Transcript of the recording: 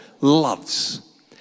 loves